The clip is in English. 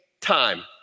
time